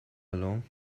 along